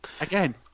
Again